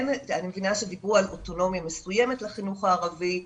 אני מבינה שדיברו על אוטונומיה מסוימת לחינוך הערבי.